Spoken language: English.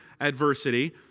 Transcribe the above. adversity